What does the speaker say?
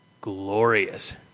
Glorious